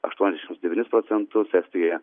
aštuoniasdešims devynis procentus estijoje